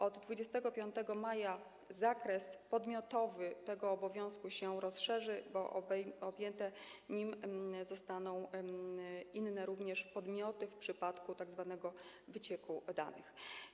Od 25 maja zakres podmiotowy tego obowiązku się rozszerzył, bo objęte nim zostały inne również podmioty w przypadku tzw. wycieku danych.